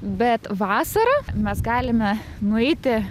bet vasarą mes galime nueiti